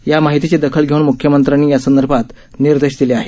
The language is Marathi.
या माहितीची दखल घेऊन मुख्यमंत्र्यांनी यासंदर्भात निर्देश दिले आहेत